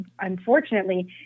unfortunately